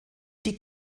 die